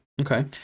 Okay